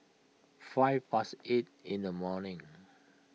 five past eight in the morning